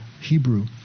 Hebrew